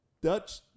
Dutch